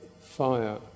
Fire